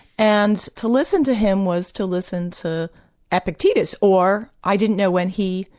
and to listen to him was to listen to epictetus, or i didn't know when he,